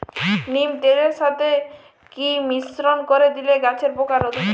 নিম তেলের সাথে কি মিশ্রণ করে দিলে গাছের পোকা রোধ হবে?